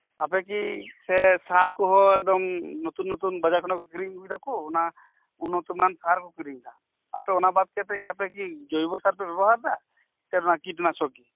ᱟᱯᱮᱠᱤ ᱥᱮ ᱥᱟᱨᱠᱚᱦᱚᱸ ᱮᱠᱫᱚᱢ ᱱᱚᱛᱩᱱ ᱱᱚᱛᱩᱱ ᱵᱟᱲᱟᱨ ᱠᱷᱚᱱᱟᱜᱯᱮ ᱠᱤᱨᱤᱧ ᱟᱹᱜᱩᱭᱮᱫᱟ ᱚᱱᱟ ᱩᱱᱱᱚᱛᱚᱢᱟᱱ ᱥᱟᱨᱠᱩ ᱠᱤᱨᱤᱧ ᱟᱹᱜᱩᱭᱮᱫᱟ ᱟᱯᱮ ᱚᱱᱟ ᱵᱟᱛᱠᱟᱛᱮᱜ ᱡᱟᱦᱟᱱᱟᱜ ᱠᱤ ᱡᱚᱭᱵᱚᱥᱟᱨ ᱯᱮ ᱵᱮᱵᱚᱦᱟᱨᱮᱫᱟ ᱥᱮ ᱱᱚᱣᱟ ᱠᱤᱴᱱᱟᱥᱚᱠ ᱜᱤ